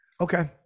Okay